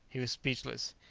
he was speechless.